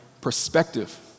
perspective